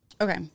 okay